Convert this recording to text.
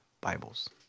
Bibles